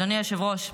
אדוני היושב-ראש,